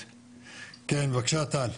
כן בבקשה טל.